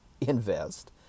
invest